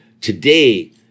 today